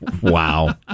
Wow